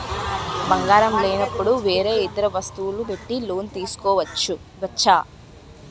బంగారం లేనపుడు వేరే ఇతర వస్తువులు పెట్టి లోన్ తీసుకోవచ్చా?